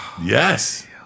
Yes